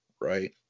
right